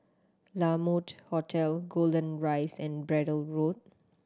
La Mode Hotel Golden Rise and Braddell Road